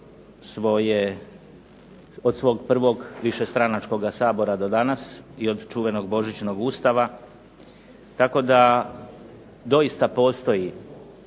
od svog prvog višestranačkoga sabora do danas i od čuvenog božićnog Ustava, tako da doista postoji